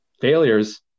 failures